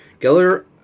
Geller